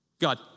God